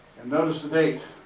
and notice the date,